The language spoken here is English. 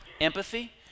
empathy